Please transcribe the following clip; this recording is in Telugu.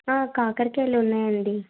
కాకరకాయలున్నాయండి